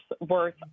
worth